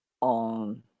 on